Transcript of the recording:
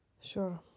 Sure